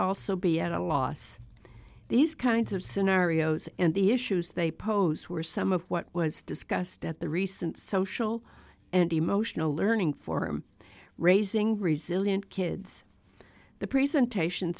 also be at a loss these kinds of scenarios and the issues they pose were some of what was discussed at the recent social and emotional learning form raising resilient kids the presentation